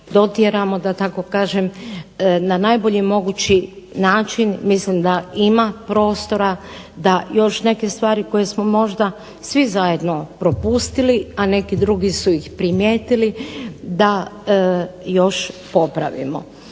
dotjeramo da tako kažem na najbolji mogući način. Mislim da ima prostora da još neke stvari koje smo možda svi zajedno propustili, a neki drugi su ih primijetili, da još popravimo.